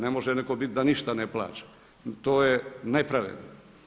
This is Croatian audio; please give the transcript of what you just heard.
Ne može neko biti da ništa ne plaća, to je nepravedno.